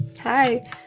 hi